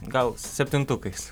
gal septintukais